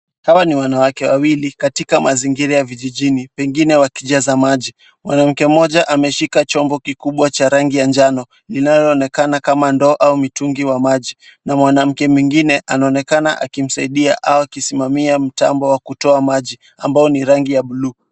Hawa ni wanawake wawili katika mazingira ya vijijini pengine wakijaza maji. Mwanamke mmoja ameshika chombo kikubwa cha rangi ya njano linaloonekana kama ndoo au mtungi wa maji na mwanamke mwingine anaonekana akimsaidia au akisimamia mtambo wa kutoa maji ambao ni rangi ya buluu.